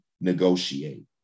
negotiate